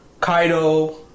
Kaido